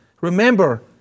Remember